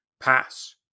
Pass